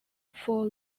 for